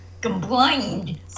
complained